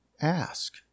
ask